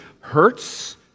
hurts